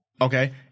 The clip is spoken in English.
Okay